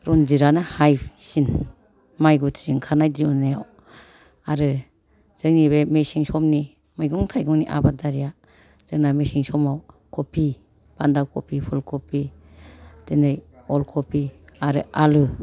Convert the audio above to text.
रनजितआनो हाइसिन माइ गुथि ओंखारनाय दिहुननायाव आरो जोंनि बे मेसें समनि मैगं थाइगंनि आबादारिया जोंना मेसें समाव खफि बान्दा खफि पुल खफि बिदिनो अल खफि आरो आलु